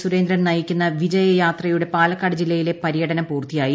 സുരേന്ദ്രൻ നയിക്കുന്ന വിജയ യാത്രയുടെ പാലക്കാട് ജില്ലയില്ലെ പരൃടനം പൂർത്തിയായി